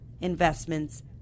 investments